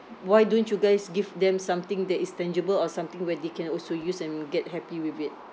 why don't you guys give them something that is tangible or something where they can also use and get happy with it